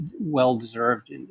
well-deserved